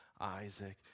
Isaac